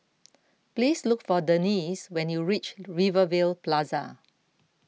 please look for Denese when you reach Rivervale Plaza